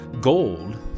gold